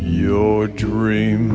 your dream